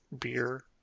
Beer